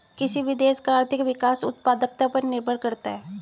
किसी भी देश का आर्थिक विकास उत्पादकता पर निर्भर करता हैं